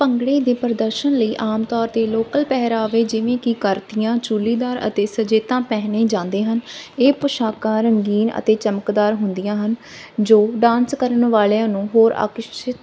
ਭੰਗੜੇ ਦੇ ਪ੍ਰਦਰਸ਼ਨ ਲਈ ਆਮ ਤੌਰ 'ਤੇ ਲੋਕਲ ਪਹਿਰਾਵੇ ਜਿਵੇਂ ਕਿ ਕਰਤੀਆਂ ਚੂਲੀਦਾਰ ਅਤੇ ਸਜੇਤਾਂ ਪਹਿਨੇ ਜਾਂਦੇ ਹਨ ਇਹ ਪੌਸ਼ਾਕਾਂ ਰੰਗੀਨ ਅਤੇ ਚਮਕਦਾਰ ਹੁੰਦੀਆਂ ਹਨ ਜੋ ਡਾਂਸ ਕਰਨ ਵਾਲਿਆਂ ਨੂੰ ਹੋਰ ਆਕਰਸ਼ਿਤ